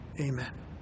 amen